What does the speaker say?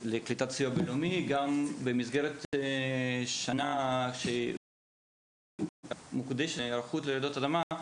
לקליטת סיוע בין-לאומי במסגרת שנה שמוקדשת להיערכות לרעידות אדמה.